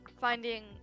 finding